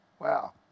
Wow